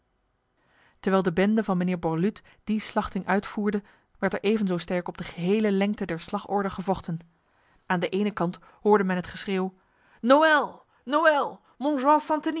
terwijl de bende van mijnheer borluut die slachting uitvoerde werd er even zo sterk op de gehele lengte der slagorde gevochten aan de ene kant hoorde men het geschreeuw noël noël